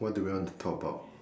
what do we want to talk about